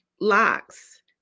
locks